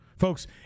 Folks